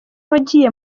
wagiye